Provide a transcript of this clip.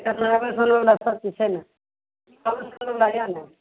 सबचीज छै ने बला यऽ ने